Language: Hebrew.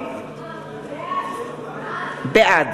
בעד